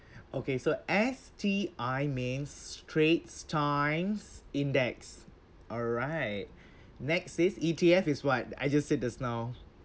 okay so S_T_I means straits times index alright next is E_T_F is what I just said this now